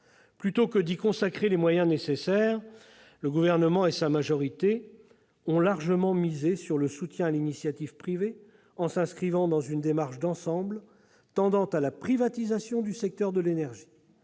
Plutôt que d'y consacrer les moyens nécessaires, le Gouvernement et sa majorité ont largement misé sur le soutien à l'initiative privée, en s'inscrivant dans une démarche d'ensemble tendant à la privatisation du secteur de l'énergie